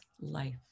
life